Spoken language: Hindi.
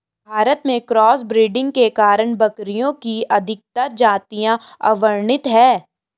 भारत में क्रॉस ब्रीडिंग के कारण बकरियों की अधिकतर जातियां अवर्णित है